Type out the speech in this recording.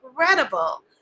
incredible